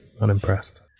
Unimpressed